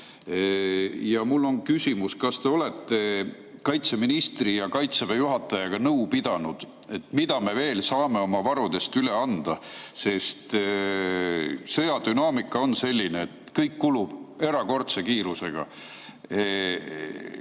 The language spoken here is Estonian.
Ja mul on küsimus. Kas te olete kaitseministri ja Kaitseväe juhatajaga nõu pidanud, mida me veel saame oma varudest üle anda, sest sõjadünaamika on selline, et kõik kulub erakordse kiirusega?